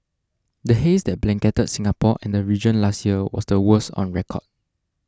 the haze that blanketed Singapore and the region last year was the worst on record